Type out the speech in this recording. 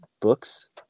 books